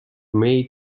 may